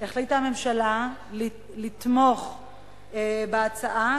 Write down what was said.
החליטה הממשלה לתמוך בהצעה,